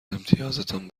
امتیازتان